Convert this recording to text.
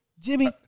Jimmy